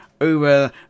over